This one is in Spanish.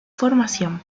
formación